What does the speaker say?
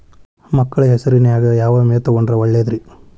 ಮಕ್ಕಳ ಹೆಸರಿನ್ಯಾಗ ಯಾವ ವಿಮೆ ತೊಗೊಂಡ್ರ ಒಳ್ಳೆದ್ರಿ?